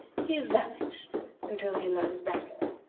he is banished until he learns better.